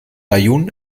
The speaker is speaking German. aaiún